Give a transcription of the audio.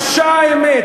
קשה האמת.